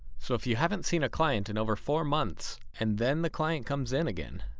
so if you haven't seen a client in over four months, and then the client comes in again,